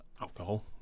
alcohol